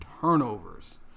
Turnovers